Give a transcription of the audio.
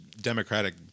Democratic